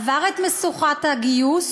עבר את משוכת הגיוס